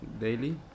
daily